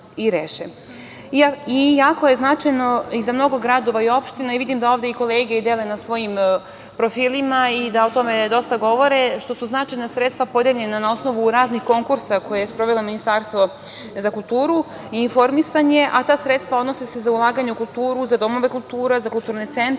reše. Jako je značajno i za mnogo gradova i opština, vidim da i ovde kolege dele na svojim profilima i da o tome dosta govore, što su značajna sredstva podeljena na osnovu raznih konkursa koje je sprovelo Ministarstvo za kulturu i informisanje, a ta sredstva se odnose na ulaganje u kulturu, za domove kulture, za kulturne centre